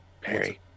perry